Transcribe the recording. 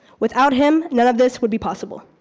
without him, none of this would be possible.